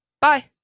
Bye